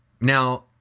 Now